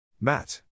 Matt